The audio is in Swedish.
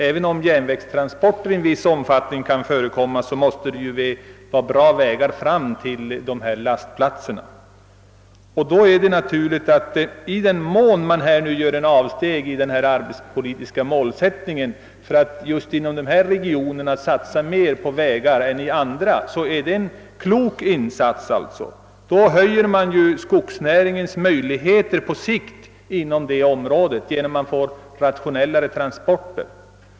även om järnvägstransporter kan förekomma i viss omfattning, måste det ju finnas goda vägar fram till lastplatserna. I den mån man gör ett avsteg från den arbetsmarknadspolitiska principen och satsar mer på vägar i vissa regioner än man gör i andra, är detta en klok insats, ty då underlättar man ju skogsnäringens möjligheter på sikt inom det området genom att det skapas möjligheter för rationellare transporter.